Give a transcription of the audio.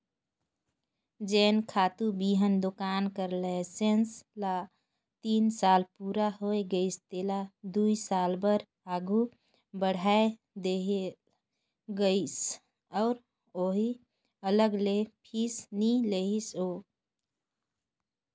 जेन खातूए बीहन दोकान कर लाइसेंस ल तीन साल पूरा होए गइस तेला दुई साल बर आघु बढ़ाए देहल गइस अहे अउ अलग ले फीस नी लेहिस अहे